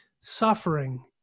suffering